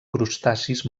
crustacis